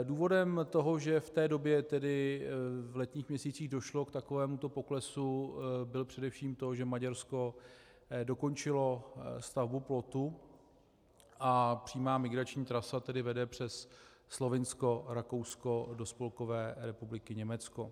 Důvodem toho, že v té době, tedy v letních měsících, došlo k takovémuto poklesu, bylo především to, že Maďarsko dokončilo stavbu plotu a přímá migrační trasa tedy vede přes Slovinsko a Rakousko do Spolkové republiky Německo.